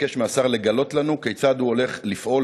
אבקש מהשר לגלות לנו כיצד הוא הולך לפעול,